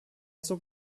zog